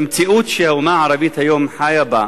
המציאות שהאומה הערבית היום חיה בה